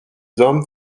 hommes